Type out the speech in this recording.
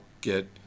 get